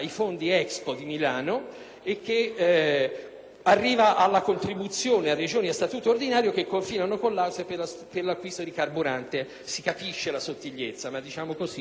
fino alla contribuzione alle Regioni a statuto ordinario che confinano con l'Austria per l'acquisto di carburante. Si capisce la sottigliezza, ma in una situazione di questo tipo forse non ce n'era bisogno.